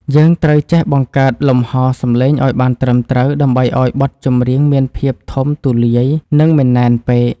យើងត្រូវចេះបង្កើតលំហសំឡេងឱ្យបានត្រឹមត្រូវដើម្បីឱ្យបទចម្រៀងមានភាពធំទូលាយ និង មិនណែនពេក។